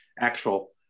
actual –